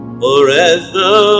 forever